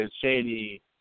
Shady